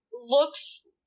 looks